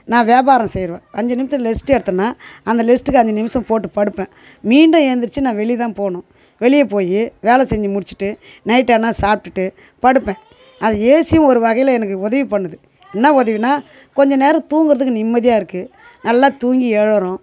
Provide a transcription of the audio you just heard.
நான் வியாபாரம் செய்கிறவ அஞ்சு நிமிஷம் லெஸ்ட்டு எடுத்தேனால் அந்த ரெஸ்ட்டுக்கு அஞ்சு நிமிஷம் போட்டு படுப்பேன் மீணடும் எழுந்திரிச்சி நான் வெளியே தான் போகணும் வெளியே போய் வேலை செஞ்சு முடிச்சுட்டு நைட் ஆனால் சாப்பிட்டுட்டு படுப்பேன் அது ஏசி ஒரு வகையில் எனக்கு உதவி பண்ணுது என்ன உதவினால் கொஞ்சம் நேரம் தூங்கிறதுக்கு நிம்மதியாக இருக்குது நல்லா தூங்கி எழுறோம்